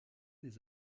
des